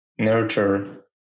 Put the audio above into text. nurture